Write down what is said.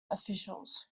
officials